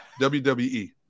WWE